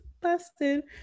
busted